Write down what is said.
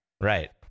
Right